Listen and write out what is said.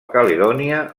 caledònia